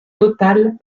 totale